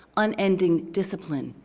unending discipline,